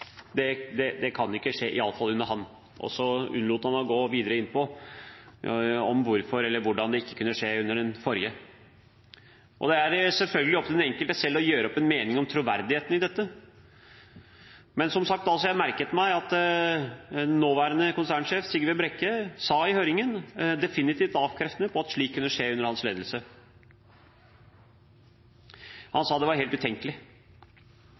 er utenkelig, det kan ikke skje, iallfall under ham. Så unnlot han å gå videre inn på hvorfor eller hvordan det ikke kunne skje under den forrige. Det er selvfølgelig opp til den enkelte selv å gjøre seg opp en mening om troverdigheten i dette. Men som sagt: Jeg merket meg at nåværende konsernsjef Sigve Brekke under høringen definitivt avkreftet at slikt kunne skje under hans ledelse. Han sa at det var helt utenkelig.